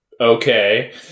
Okay